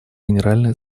генеральной